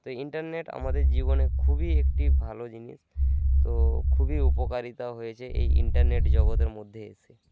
তো ইন্টারনেট আমাদের জীবনে খুবই একটি ভালো জিনিস তো খুবই উপকারিতা হয়েছে এই ইন্টারনেট জগতের মধ্যে এসে